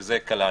שזה כללנו,